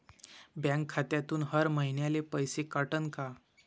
Bank खात्यातून हर महिन्याले पैसे कटन का?